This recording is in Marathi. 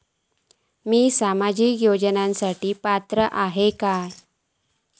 मी सामाजिक योजनांसाठी पात्र असय काय?